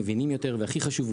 מבינים יותר והכי חשוב,